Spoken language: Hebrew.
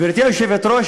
גברתי היושבת-ראש,